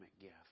gift